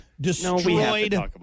destroyed